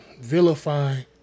vilifying